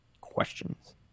questions